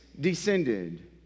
descended